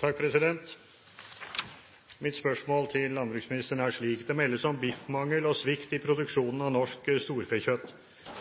trukket tilbake. Mitt spørsmål til landbruksministeren er slik: «Det meldes om biffmangel og svikt i produksjonen av norsk storfekjøtt.